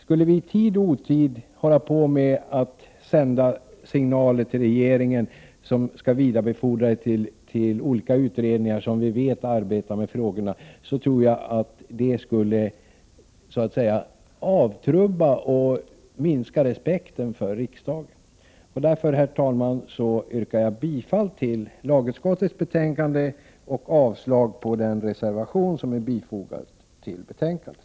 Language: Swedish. Skulle vi i tid och otid sända signaler till regeringen, som skulle vidarebefordra dem till olika utredningar som vi vet arbetar med frågorna, tror jag att det skulle avtrubba och minska respekten för riksdagen. Därför, herr talman, yrkar jag bifall till lagutskottets hemställan och avslag på den reservation som är fogad till betänkandet.